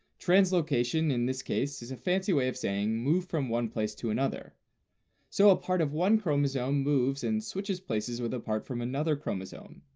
translocation, in this case, is a fancy way of saying move from one place to another so a part of one chromosome moves and switches places with a part from another chromosome.